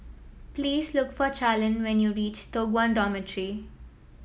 please look for Charline when you reach Toh Guan Dormitory